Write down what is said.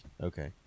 Okay